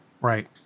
right